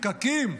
פקקים?